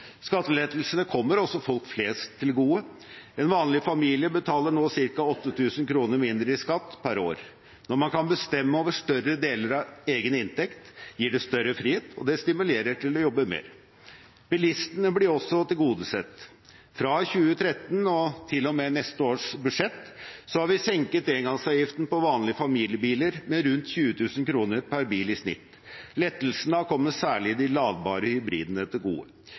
Skattelettelsene kommer også folk flest til gode. En vanlig familie betaler nå ca. 8 000 kr mindre i skatt per år. Når man kan bestemme over større deler av egen inntekt, gir det større frihet, og det stimulerer til å jobbe mer. Bilistene blir også tilgodesett. Fra 2013 og til og med neste års budsjett har vi senket engangsavgiften på vanlige familiebiler med rundt 20 000 kr per bil i snitt. Lettelsene har kommet særlig de ladbare hybridene til gode.